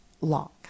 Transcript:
lock